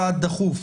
סעד דחוף,